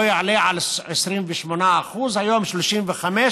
לא יעלה על 28%. היום יש 35%,